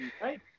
right